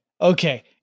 Okay